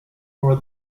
for